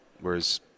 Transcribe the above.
whereas